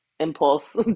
impulse